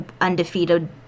undefeated